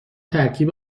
ترکیب